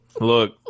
Look